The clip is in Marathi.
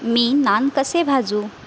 मी नान कसे भाजू